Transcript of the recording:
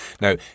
Now